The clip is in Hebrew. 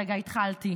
הרגע התחלתי.